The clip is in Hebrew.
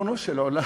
ריבונו של עולם,